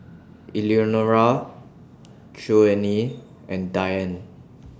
Eleanora Joanie and Diane